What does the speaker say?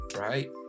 right